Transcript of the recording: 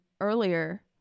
earlier